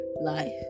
life